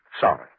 sorry